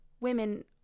women